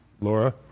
Laura